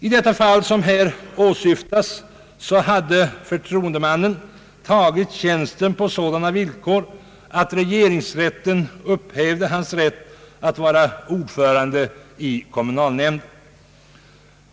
I det fall som här åsyftas hade förtroendemannen tagit tjänsten på sådana villkor att regeringsrätten upphävde hans rätt att vara ordförande i kommunalnämnden.